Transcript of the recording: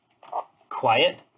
quiet